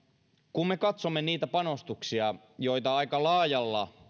kun me katsomme niitä panostuksia joita aika laajalla